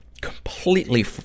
completely